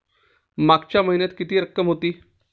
मागच्या महिन्यात किती रक्कम होती?